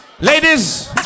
Ladies